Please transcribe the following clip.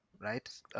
Right